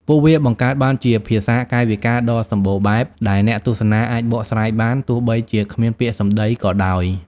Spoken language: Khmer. ពួកវាបង្កើតបានជាភាសាកាយវិការដ៏សម្បូរបែបដែលអ្នកទស្សនាអាចបកស្រាយបាន ទោះបីជាគ្មានពាក្យសម្តីក៏ដោយ។